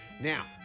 now